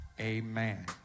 Amen